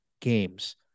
games